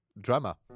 drama